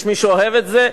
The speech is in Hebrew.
יש מי שאוהב את זה,